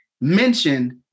mentioned